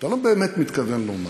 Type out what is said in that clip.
אתה לא באמת מתכוון לומר